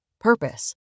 purpose